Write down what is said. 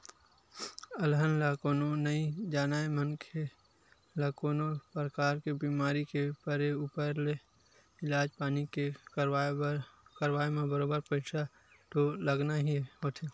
अलहन ल कोनो नइ जानय मनखे ल कोनो परकार ले बीमार के परे ऊपर ले इलाज पानी के करवाब म बरोबर पइसा तो लगना ही होथे